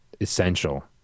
essential